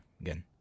again